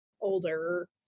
older